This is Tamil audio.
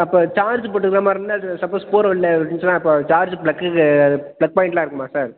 அப்போ சார்ஜ் போட்டுக்குற மாதிரின்னா அது சப்போஸ் போற வழில அது நின்றுச்சின்னால் அப்போ சார்ஜ் ப்ளக்குக்கு அது ப்ளக் பாய்ண்ட்லாம் இருக்குமா சார்